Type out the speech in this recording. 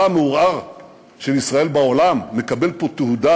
המעורער של ישראל בעולם מקבל פה תהודה,